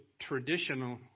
traditional